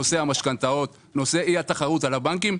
נושא המשכנתאות ונושא אי-התחרות על הבנקים,